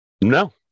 no